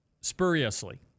spuriously